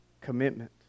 commitment